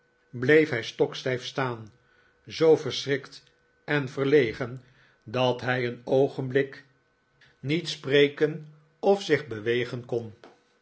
bleef hij stokstijf staan zoo verschrikt en verlegen dat hij een oogenblik niet sprenikolaas nickleby ken of zich bewegen kon